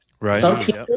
Right